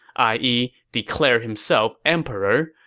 i e, declare himself emperor,